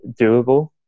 doable